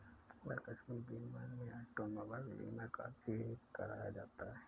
आकस्मिक बीमा में ऑटोमोबाइल बीमा काफी कराया जाता है